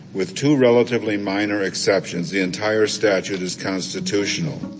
with two relatively minor exceptions, the entire statute is constitutional